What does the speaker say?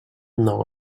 nou